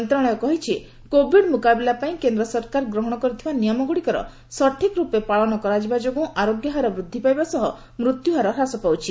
ମନ୍ତ୍ରଶାଳୟ କହିଛି କୋଭିଡ ମୁକାବିଲା ପାଇଁ କେନ୍ଦ୍ ସରକାର ଗ୍ରହଶ କରିଥିବା ନିୟମଗୁଡ଼ିକର ସଠିକ୍ ରୂପେ ପାଳନ କରାଯିବା ଯୋଗୁଁ ଆରୋଗ୍ୟ ହାର ବୃଦ୍ଧି ପାଇବା ସହ ମୃତ୍ୟୁହାର ହ୍ରାସ ପାଉଛି